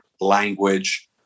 language